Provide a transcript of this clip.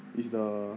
is the